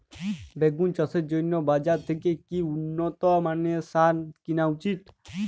বেগুন চাষের জন্য বাজার থেকে কি উন্নত মানের সার কিনা উচিৎ?